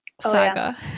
saga